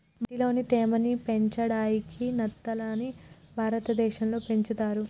మట్టిలోని తేమ ని పెంచడాయికి నత్తలని భారతదేశం లో పెంచుతర్